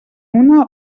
una